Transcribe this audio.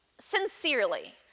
sincerely